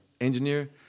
engineer